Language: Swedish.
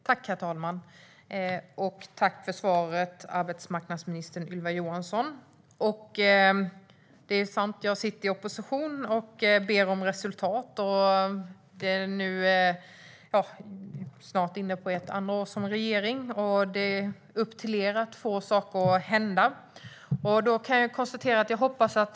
Herr talman! Tack för svaret, arbetsmarknadsminister Ylva Johansson! Det är sant, jag sitter i opposition och ber om resultat. Regeringen är snart inne på sitt andra år och det är upp till er, arbetsmarknadsministern, att få saker att hända.